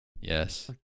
Yes